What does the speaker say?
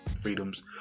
freedoms